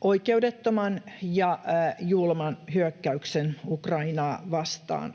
oikeudettoman ja julman hyökkäyksen Ukrainaa vastaan.